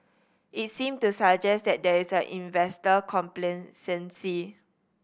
it seems to suggest that there is investor complacency